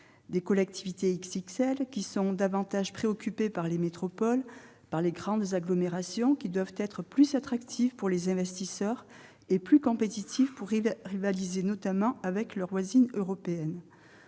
les collectivités « XXL », qui sont plus préoccupées par les métropoles et par les grandes agglomérations et qui doivent être plus attractives pour les investisseurs et plus compétitives pour rivaliser, notamment, avec leurs voisines européennes.